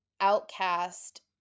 outcast